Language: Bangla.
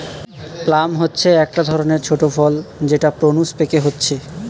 প্লাম হচ্ছে একটা ধরণের ছোট ফল যেটা প্রুনস পেকে হচ্ছে